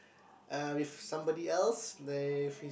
uh with somebody else that is